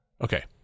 Okay